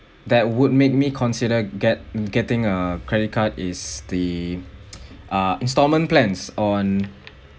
that would make me consider get getting a credit card is the uh instalment plans on